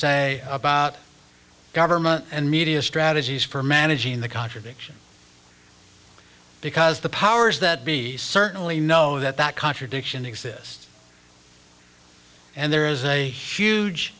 say about government and media strategies for managing the contradiction because the powers that be certainly know that that contradiction exist and there is a huge